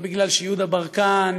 לא בגלל שיהודה ברקן,